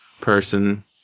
person